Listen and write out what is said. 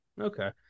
Okay